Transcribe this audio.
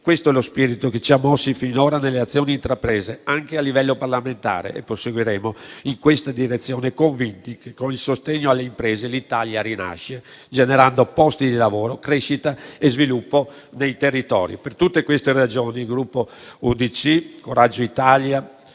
Questo è lo spirito che ci ha mossi finora nelle azioni intraprese, anche a livello parlamentare, e proseguiremo in questa direzione, convinti che con il sostegno alle imprese l'Italia rinasca, generando posti di lavoro, crescita e sviluppo nei territori. Per tutte queste ragioni, il Gruppo Civici d'Italia-Noi